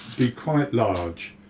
be quite large.